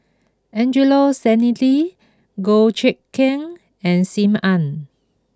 Angelo Sanelli Goh Eck Kheng and Sim Ann